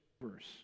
verse